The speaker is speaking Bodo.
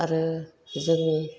आरो जोंनि